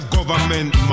Government